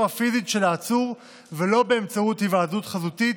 הפיזית של העצור ולא באמצעות היוועדות חזותית,